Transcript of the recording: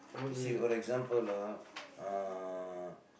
you see for example ah uh